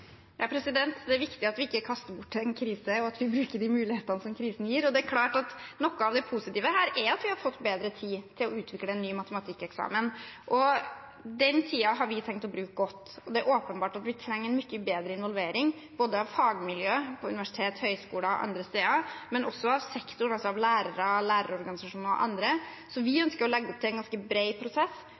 krise, men at vi bruker de mulighetene som krisen gir. Det er klart at noe av det positive her er at vi har fått bedre tid til å utvikle en ny matematikkeksamen. Den tiden har vi tenkt å bruke godt, og det er åpenbart at vi trenger mye bedre involvering, både av fagmiljøet på universitet, høyskoler og andre steder, og av sektoren: av lærere, lærerorganisasjoner og andre. Så vi ønsker å legge opp til en ganske bred prosess,